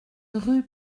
rue